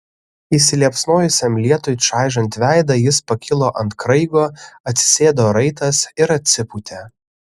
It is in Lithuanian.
įsiliepsnojusiam lietui čaižant veidą jis pakilo ant kraigo atsisėdo raitas ir atsipūtė